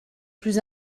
plus